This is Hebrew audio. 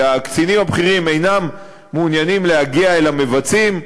שהקצינים הבכירים אינם מעוניינים להגיע אל המבצעים,